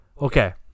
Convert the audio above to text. Okay